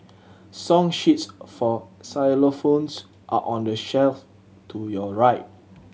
song sheets for xylophones are on the shelf to your right